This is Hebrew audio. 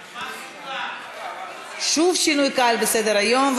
שוב שינוי קל בסדר-היום,